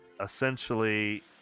essentially